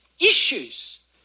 issues